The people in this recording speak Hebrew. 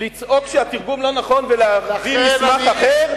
לצעוק שהתרגום לא נכון ולהביא מסמך אחר,